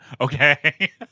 Okay